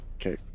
okay